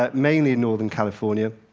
ah mainly in northern california.